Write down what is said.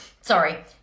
Sorry